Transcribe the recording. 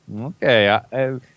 okay